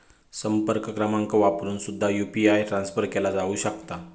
संपर्क क्रमांक वापरून सुद्धा यू.पी.आय ट्रान्सफर केला जाऊ शकता